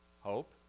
Hope